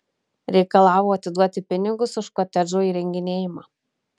reikalavo atiduoti pinigus už kotedžo įrenginėjimą